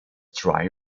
dry